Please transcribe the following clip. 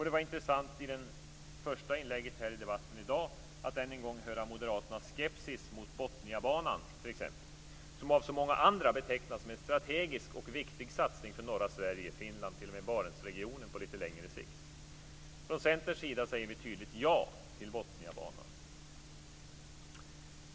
Det var intressant att i det första inlägget i debatten i dag än en gång höra moderaternas skepsis mot t.ex. Botniabanan, som av så många andra betecknas som en strategisk och viktig satsning för norra Sverige, Finland och t.o.m. Barentsregionen på litet längre sikt. Från Centerns sida säger vi tydligt ja till Botniabanan.